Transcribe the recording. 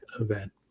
event